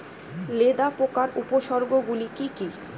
লেদা পোকার উপসর্গগুলি কি কি?